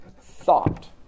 Thought